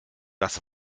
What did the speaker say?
das